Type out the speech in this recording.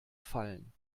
fallen